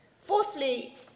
Fourthly